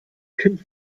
kind